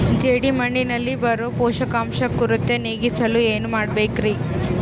ಜೇಡಿಮಣ್ಣಿನಲ್ಲಿ ಬರೋ ಪೋಷಕಾಂಶ ಕೊರತೆ ನೇಗಿಸಲು ಏನು ಮಾಡಬೇಕರಿ?